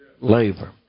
Labor